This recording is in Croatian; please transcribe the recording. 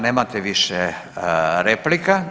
Nemate više replika.